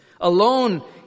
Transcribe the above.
Alone